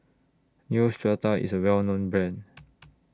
Neostrata IS A Well known Brand